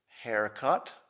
haircut